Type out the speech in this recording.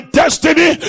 destiny